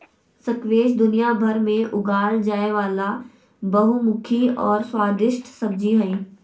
squash दुनियाभर में उगाल जाय वला बहुमुखी और स्वादिस्ट सब्जी हइ